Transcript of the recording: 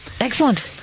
Excellent